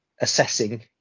assessing